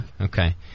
Okay